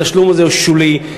התשלום הזה הוא שולי,